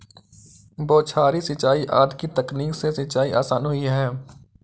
बौछारी सिंचाई आदि की तकनीक से सिंचाई आसान हुई है